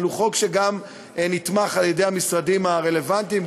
אבל הוא חוק שגם נתמך על-ידי המשרדים הרלוונטיים,